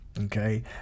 Okay